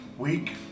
week